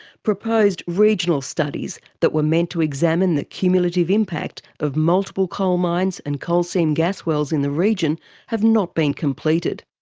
proposed regional studies that were meant to examine the cumulative impact of multiple coal mines and coal seam gas wells in the region have not been completed.